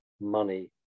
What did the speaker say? money